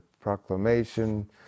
proclamation